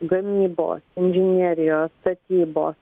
gamybos inžinerijos statybos